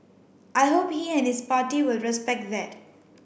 I hope he and his party will respect that